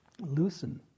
loosen